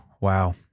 wow